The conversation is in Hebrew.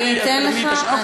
את תכוונני את השעון.